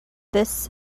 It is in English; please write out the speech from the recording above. this